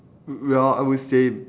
well I would say